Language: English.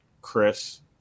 Chris